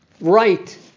Right